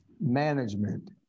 management